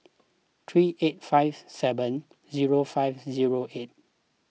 three eight five seven zero five zero eight